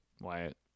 Wyatt